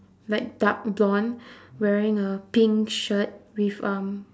like dark blonde wearing a pink shirt with um